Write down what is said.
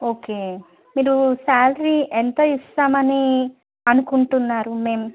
okay మీరు salary ఎంత ఇస్తామని అనుకుంటున్నారు మేము